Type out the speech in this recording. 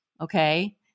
Okay